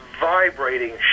vibrating